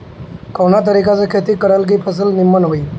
कवना तरीका से खेती करल की फसल नीमन होई?